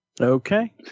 okay